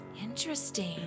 Interesting